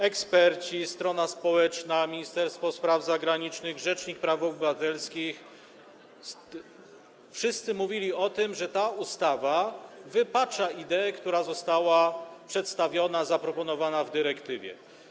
Eksperci, strona społeczna, Ministerstwo Spraw Zagranicznych, rzecznik praw obywatelskich - wszyscy mówili o tym, że ta ustawa wypacza ideę, która została przedstawiona, zaproponowana w dyrektywie.